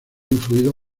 influido